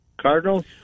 Cardinals